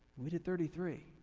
we did thirty three.